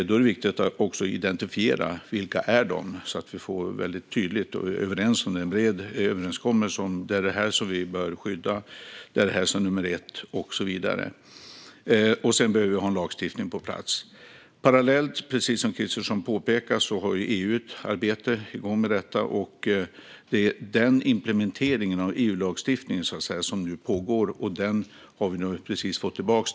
Det är viktigt att identifiera vilka dessa viktiga intressen är så att vi kan få en bred överenskommelse om vad som ska skyddas, vad som är nummer ett och så vidare. Sedan behöver vi få en lagstiftning på plats. Parallellt har EU, precis som Kristersson påpekade, ett arbete igång med detta, och implementeringen av denna EU-lagstiftning, som vi precis har fått tillbaka, pågår.